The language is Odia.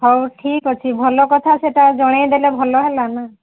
ହେଉ ଠିକ ଅଛି ଭଲ କଥା ସେଇଟା ଜଣେଇଦେଲେ ଭଲ ହେଲା ନା